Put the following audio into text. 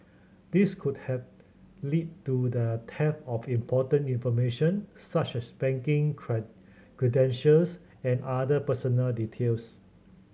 this could has lead to the theft of important information such as banking cry credentials and other personal details